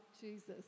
Jesus